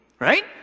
Right